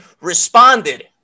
responded